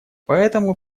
поэтому